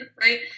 right